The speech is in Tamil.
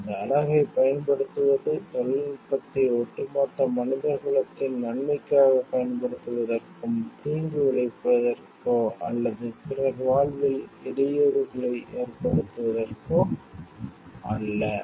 இந்த அழகைப் பயன்படுத்துவது தொழில்நுட்பத்தை ஒட்டுமொத்த மனிதகுலத்தின் நன்மைக்காகப் பயன்படுத்துவதற்கும் தீங்கு விளைவிப்பதற்கோ அல்லது பிறர் வாழ்வில் இடையூறுகளை ஏற்படுத்துவதற்கோ அல்ல